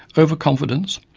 overconfidence,